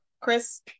chris